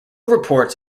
reports